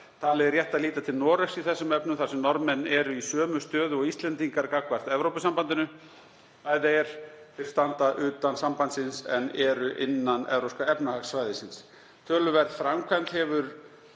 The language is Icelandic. Talið er rétt að líta til Noregs í þessum efnum þar sem Norðmenn eru í sömu stöðu og Íslendingar gagnvart Evrópusambandinu, þ.e. standa utan sambandsins en eru innan Evrópska efnahagssvæðisins. Töluverð framkvæmd hefur